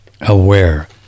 aware